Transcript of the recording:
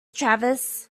travis